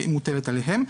שמוטלת עליהם.